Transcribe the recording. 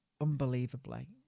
unbelievably